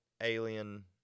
alien